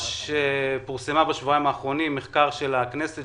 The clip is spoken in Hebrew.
פורסם בשבועיים האחרונים מרכז של הכנסת